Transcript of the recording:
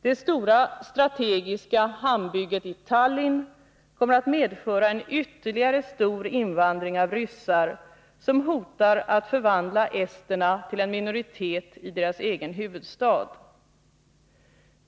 Det stora strategiska hamnbygget i Tallinn kommer att medföra en ytterligare stor invandring av ryssar, som hotar att förvandla esterna till en minoritet i deras egen huvudstad.